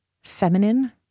feminine